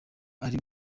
ari